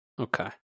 Okay